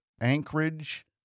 Anchorage